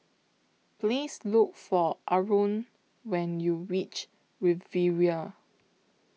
Please Look For Arron when YOU REACH Riviera